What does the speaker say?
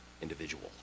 individual